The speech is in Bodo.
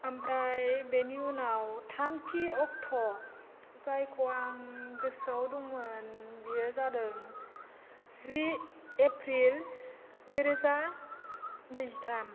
आमफ्राइ बेनि उनाव थामथि अक्ट' जायखौ आं गोसोआव दंमोन बेयो जादों जि एप्रिल नैरोजा नैजिथाम